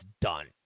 done